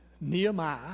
Nehemiah